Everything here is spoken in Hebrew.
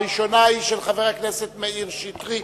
הראשונה היא של חבר הכנסת מאיר שטרית,